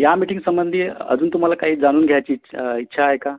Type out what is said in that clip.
या मिटींगसंबंधी अजून तुम्हाला काही जाणून घ्यायची इच्छा इच्छा आहे का